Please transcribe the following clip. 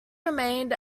remained